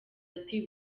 ati